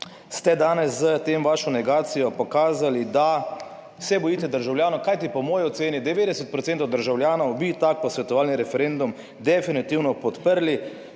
ste danes s to vašo negacijo pokazali, da se bojite državljanov. Kajti po moji oceni 90 % državljanov bi tak posvetovalni referendum definitivno podprli.